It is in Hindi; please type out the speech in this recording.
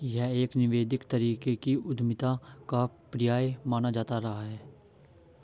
यह एक निवेदित तरीके की उद्यमिता का पर्याय माना जाता रहा है